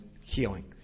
healing